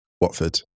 Watford